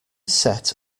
set